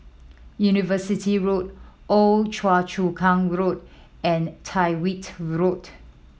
University Road Old Choa Chu Kang Road and Tyrwhitt Road